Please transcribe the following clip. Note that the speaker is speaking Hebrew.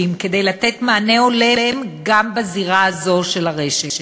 כדי לתת מענה הולם גם בזירה הזו של הרשת.